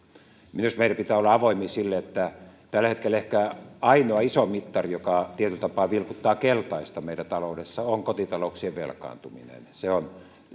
meidän pitää myös olla avoimia sille että tällä hetkellä ehkä ainoa iso mittari joka tietyllä tapaa vilkuttaa keltaista meidän taloudessamme on kotitalouksien velkaantuminen se on